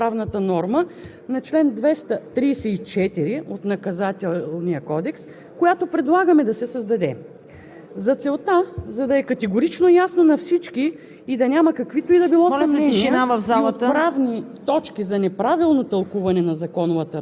и категорично противодействие и недопускане на нерегламентиран превоз, от друга, прецизирахме и изчистихме текста на разпоредбата на правната норма на чл. 234 от Наказателния кодекс, която предлагаме да се създаде.